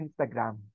Instagram